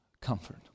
comfort